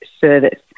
service